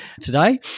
today